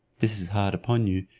this is hard upon you,